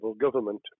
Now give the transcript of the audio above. government